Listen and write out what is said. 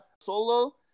Solo